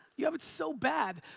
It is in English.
you have it so bad.